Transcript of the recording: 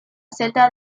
seda